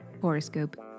horoscope